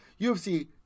UFC